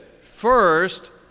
First